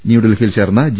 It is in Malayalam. ന്യൂഡൽഹിയിൽ ചേർന്ന ജി